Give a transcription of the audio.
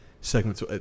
segments